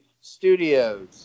Studios